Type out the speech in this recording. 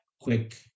quick